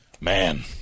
Man